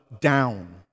down